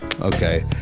Okay